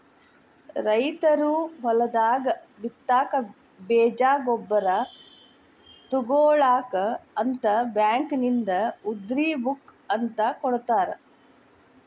ರೈತರು ಹೊಲದಾಗ ಬಿತ್ತಾಕ ಬೇಜ ಗೊಬ್ಬರ ತುಗೋಳಾಕ ಅಂತ ಬ್ಯಾಂಕಿನಿಂದ ಉದ್ರಿ ಬುಕ್ ಅಂತ ಕೊಡತಾರ